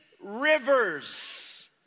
rivers